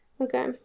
Okay